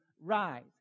rise